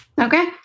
Okay